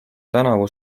tänavu